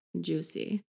juicy